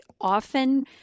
often